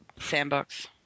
Sandbox